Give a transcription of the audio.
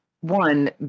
one